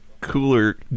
cooler